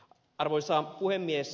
arvoisa puhemies